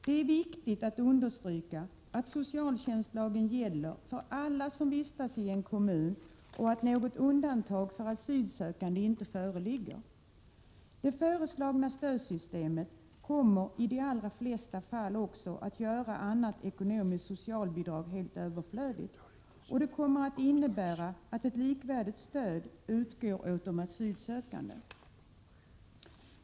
Det är viktigt att understryka att socialtjänstlagen gäller för alla som vistas i en kommun och att något undantag för asylsökande inte föreligger. Det föreslagna stödsystemet kommer i de allra flesta fall också att göra annat ekonomiskt socialbidrag helt överflödigt, och det kommer att innebära att ett likvärdigt stöd utgår till alla asylsökande.